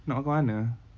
nak makan mana